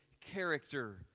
character